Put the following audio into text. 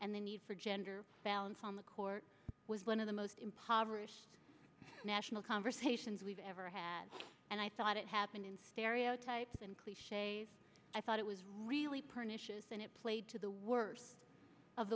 and the need for gender balance on the court was one of the most impoverished national conversations we've ever had and i thought it happened in stereotypes and cliches i thought it was really pernicious and it played to the worst of